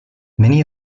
many